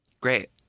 Great